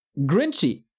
grinchy